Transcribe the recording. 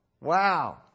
Wow